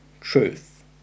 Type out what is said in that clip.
truth